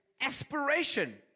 aspiration